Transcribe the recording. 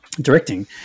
Directing